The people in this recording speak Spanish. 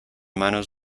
manos